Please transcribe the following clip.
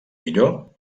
millor